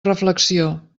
reflexió